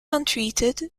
untreated